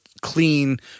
clean